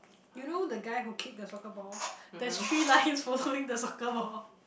you know the guy who kicked the soccer ball there's three lines following the soccer ball